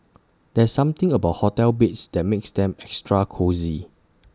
there's something about hotel beds that makes them extra cosy